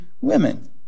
women